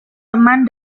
teman